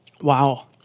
Wow